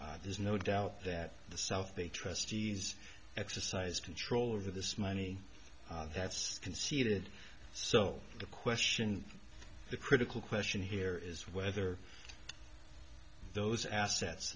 assets there's no doubt that the south they trustees exercise control over this money that's conceded so the question the critical question here is whether those assets